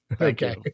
Okay